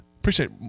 appreciate